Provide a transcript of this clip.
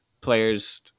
players